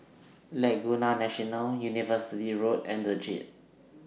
Laguna National University Road and The Jade